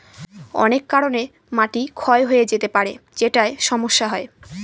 অনেক কারনে মাটি ক্ষয় হয়ে যেতে পারে যেটায় সমস্যা হয়